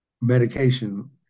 medication